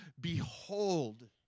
Behold